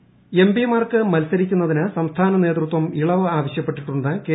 മുരളീധരൻ എം പിമാർക്ക് മത്സരിക്കുന്നതിന് സംസ്ഥാന നേതൃത്വം ഇളവ് ആവശ്യപ്പെട്ടിട്ടുണ്ടെന്ന് കെ